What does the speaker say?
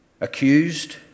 accused